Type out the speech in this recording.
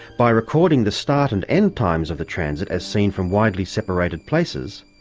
by recording the start and end times of the transit as seen from widely separated places,